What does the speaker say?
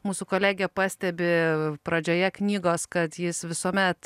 mūsų kolegė pastebi pradžioje knygos kad jis visuomet